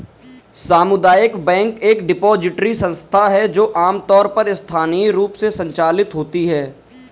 सामुदायिक बैंक एक डिपॉजिटरी संस्था है जो आमतौर पर स्थानीय रूप से संचालित होती है